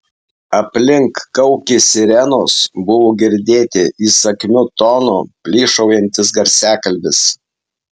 aplink kaukė sirenos buvo girdėti įsakmiu tonu plyšaujantis garsiakalbis